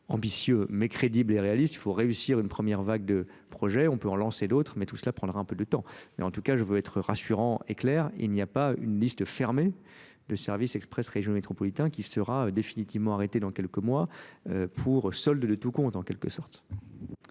d'abord mais crédibles et réalistes. il faut réussir une 1ʳᵉ vague de projets on peut en lancer d'autres mais tout cela prendra un peu de temps mais en tout cas, je veux être rassurant et clair il n'y a pas une liste fermée de service Express Région métropolitain qui sera définitivement arrêtée dans quelques mois euh pour solde de tout compte en quelque sorte.